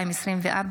התשפ"ד 2024,